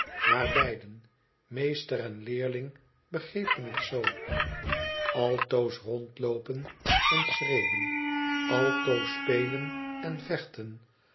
maar beiden meester en leerbg begrepen het zoo altoos rondloopen en schreeuwen altoos spelen en vechten